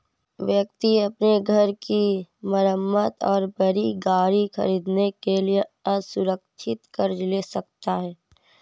व्यक्ति अपने घर की मरम्मत और बड़ी गाड़ी खरीदने के लिए असुरक्षित कर्ज ले सकता है